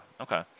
okay